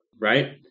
right